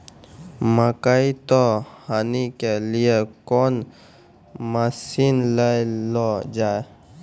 मकई तो हनी के लिए कौन मसीन ले लो जाए?